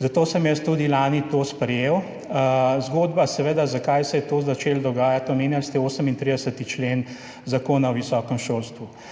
Zato sem jaz tudi lani to sprejel. Zgodba, seveda. Zakaj se je to začelo dogajati? Omenjali ste 38. člen Zakona o visokem šolstvu.